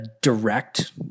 direct